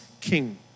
king